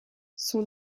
son